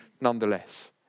nonetheless